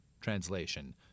Translation